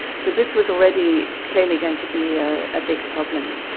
so this was already clearly going to be a ah big problem.